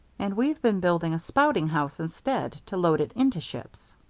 and we've been building a spouting house instead to load it into ships.